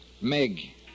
Meg